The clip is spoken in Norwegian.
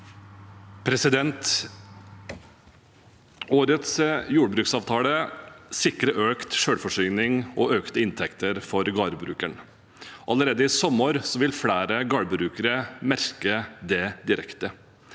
Årets jordbruksavtale sikrer økt selvforsyning og økte inntekter for gårdbrukerne. Allerede i sommer vil flere gårdbrukere merke det direkte.